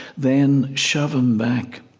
then shove him back,